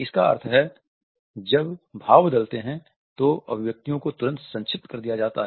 इसका अर्थ है कि जब भाव बदलते हैं तो अभिव्यक्तियों को तुरंत संक्षिप्त कर दिया जाता है